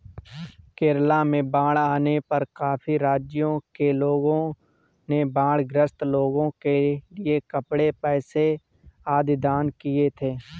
केरला में बाढ़ आने पर काफी राज्यों के लोगों ने बाढ़ ग्रस्त लोगों के लिए कपड़े, पैसे आदि दान किए थे